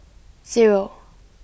zero